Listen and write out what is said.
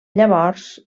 llavors